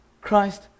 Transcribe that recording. Christ